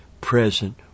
present